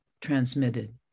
transmitted